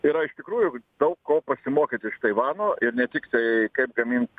yra iš tikrųjų daug ko pasimokyti iš taivano ir ne tik tai kaip gamint